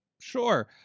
Sure